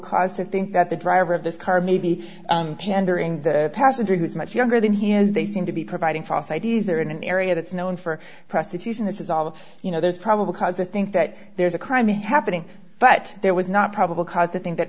cause to think that the driver of this car maybe pandering the passenger who's much younger than he is they seem to be providing false i d s they're in an area that's known for prostitution this is all you know there's probable cause to think that there's a crime happening but there was not probable cause to think th